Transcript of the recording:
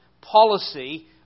policy